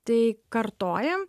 tai kartojam